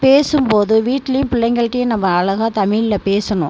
பேசும் போது வீட்லேயும் பிள்ளைங்ககிட்டயும் நம்ம அழகாக தமிழில் பேசணும்